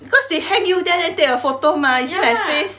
because they hang you there then take a photo mah you see my face